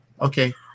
Okay